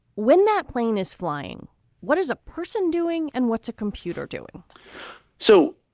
when that plane is flying what does a person doing and what's a computer doing so